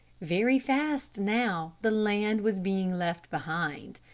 very fast now the land was being left behind.